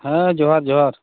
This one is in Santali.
ᱦᱮᱸ ᱡᱚᱸᱦᱟᱨ ᱡᱚᱸᱦᱟᱨ